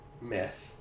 myth